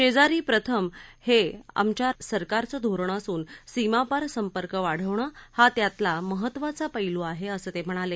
शेजारी प्रथम हे आमच्या सरकारचं धोरण असून सीमापार संपर्क वाढवणं हा त्यातला महत्वाचा प्ल्ञआहे असं ते म्हणाले